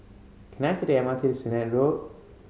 can I take the M R T to Sennett Road